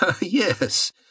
Yes